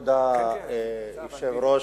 כבוד היושב-ראש,